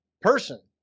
person